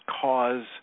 cause